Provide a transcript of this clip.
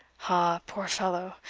ah, poor fellow!